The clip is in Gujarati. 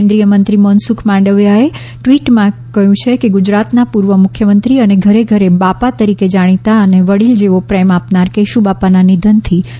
કેન્દ્રિય મંત્રી મનસુખ માંડવિયાએ ટ્વિટમાં નોંધ્યું છે કે ગુજરાતના પૂર્વ મુખ્યમંત્રી અને ઘરે ઘરે બાપા તરીકે જાણીતા અને વડીલ જેવો પ્રેમ આપનાર કેશુબાપાના નિધનથી ગમગીન છું